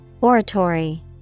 Oratory